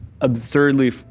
absurdly